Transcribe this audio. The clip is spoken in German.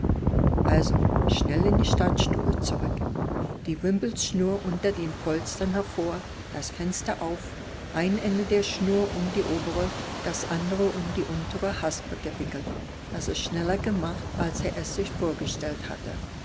also schnell in die stadtstube zurück die wimpelschnur unter den polstern hervor das fenster auf ein ende der schnur um die obere das andere um die untere haspe gewickelt das ist schneller gemacht als er es sich vorgestellt hatte